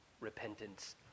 repentance